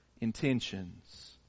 intentions